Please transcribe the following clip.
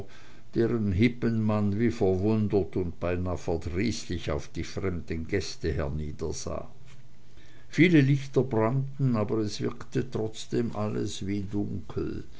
deren hippenmann wie verwundert und beinah verdrießlich auf die fremden gäste herniedersah viele lichter brannten aber es wirkte trotzdem alles wie dunkel